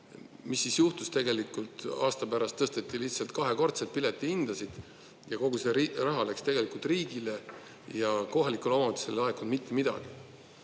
Mis siis juhtus tegelikult – aasta pärast tõsteti lihtsalt kahekordselt piletihindasid ja kogu see raha läks riigile ja kohalikele omavalitsustele ei laekunud mitte midagi.